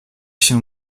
się